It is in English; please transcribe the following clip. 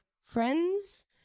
friends